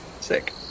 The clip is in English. Sick